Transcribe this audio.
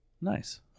Nice